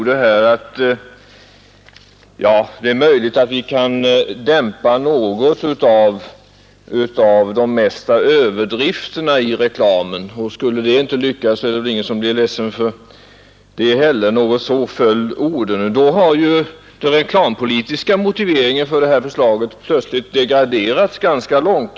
Herr Sträng sade nämligen att det är möjligt att vi kan dämpa något av de stora överdrifterna i reklamen, och även om det inte skulle lyckas är det väl ingen som blir ledsen för det. Ungefär så föll finansministerns ord. Och då har ju den reklampolitiska motiveringen för det förslag vi nu diskuterar plötsligt degraderats ganska väsentligt.